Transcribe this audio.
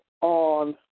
on